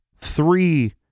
three